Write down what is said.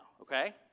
okay